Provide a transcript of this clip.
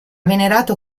venerato